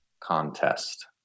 contest